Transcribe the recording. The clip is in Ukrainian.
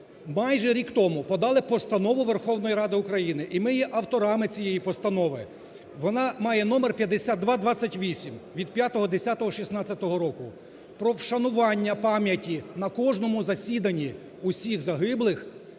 майже рік тому подали постанову Верховної Ради України, і ми є автора цієї постанови. Вона має номер 5228, від 05.10.2016 року про вшанування пам'яті на кожному засіданні усіх загиблих